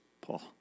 Paul